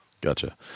gotcha